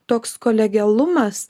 toks kolegialumas